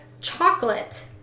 chocolate